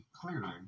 clearly